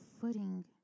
footing